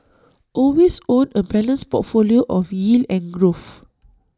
always own A balanced portfolio of yield and growth